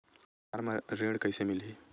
Car म ऋण कइसे मिलही?